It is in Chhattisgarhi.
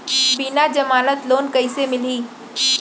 बिना जमानत लोन कइसे मिलही?